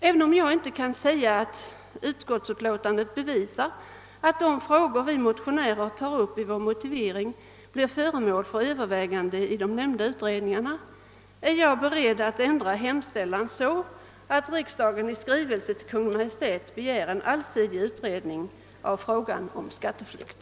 Även om jag inte kan säga att utskottsutlåtandet bevisar att de frågor vi motionärer tar upp i vår motivering blir föremål för övervägande i de nämnda utredningarna är jag beredd att ändra motionens hemställan så, att riksdagen i anledning av motionen II: 449 i skrivelse till Kungl. Maj:t begär en allsidig utredning av frågan om skatteflykt.